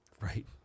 Right